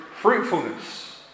fruitfulness